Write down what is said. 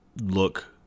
look